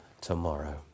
tomorrow